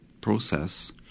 process